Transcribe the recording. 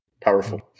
Powerful